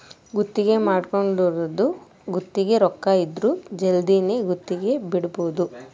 ಗುತ್ತಿಗೆ ಮಾಡ್ಕೊಂದೊರು ಗುತ್ತಿಗೆ ರೊಕ್ಕ ಇದ್ರ ಜಲ್ದಿನೆ ಗುತ್ತಿಗೆ ಬಿಡಬೋದು